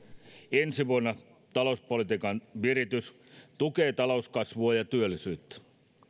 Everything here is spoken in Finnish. ensi vuonna talouspolitiikan viritys tukee talouskasvua ja työllisyyttä